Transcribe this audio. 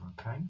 Okay